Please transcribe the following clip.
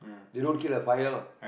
they don't kill the fire lah